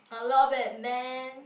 I love it man